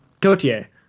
Gautier